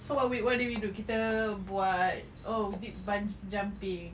so what what did we do kita buat oh we did bungee jumping